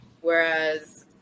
Whereas